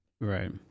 Right